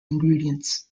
ingredients